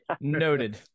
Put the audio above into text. noted